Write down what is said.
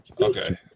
Okay